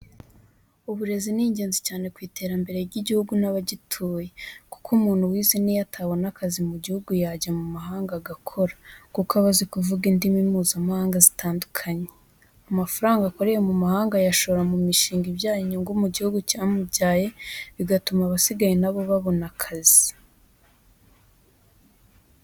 Uburezi ni ingenzi cyane ku iterambere ry'igihugu n'abagituye, kuko umuntu wize n'iyo atabona akazi mu gihugu yajya mu mahanga agakora, kuko aba azi kuvuga indimi mpuzamahanga zitandukanye. Amafaranga akoreye mu mahanga ayashora mu mishinga ibyara inyungu cyamubyaye bigatuma abasigaye na bo babona akazi.